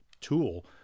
tool